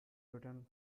written